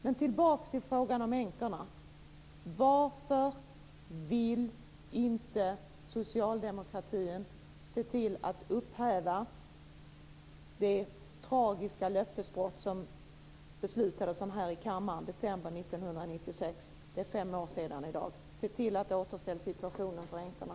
Men tillbaka till frågan om änkorna: Varför vill inte socialdemokratin se till att upphäva det tragiska löftesbrott som beslutades här i kammaren i december 1996. Det är fem år sedan i dag. Se till att återställa situationen för änkorna!